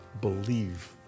believe